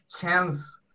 chance